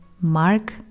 Mark